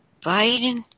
Biden